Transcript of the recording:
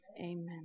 Amen